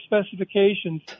specifications